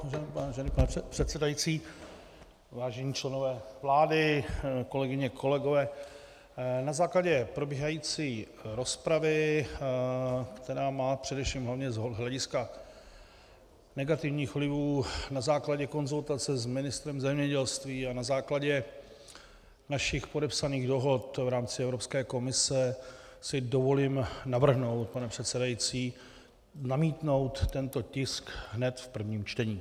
Vážený pane předsedající, vážení členové vlády, kolegyně, kolegové, na základě probíhající rozpravy, která má především hlavně z hlediska negativních vlivů, na základě konzultace s ministrem zemědělství a na základě našich podepsaných dohod v rámci Evropské komise si dovolím navrhnout, pane předsedající, zamítnout tento tisk hned v prvním čtení.